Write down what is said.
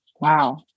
Wow